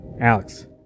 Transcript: Alex